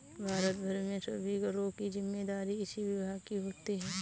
भारत भर में सभी करों की जिम्मेदारी इसी विभाग की होती है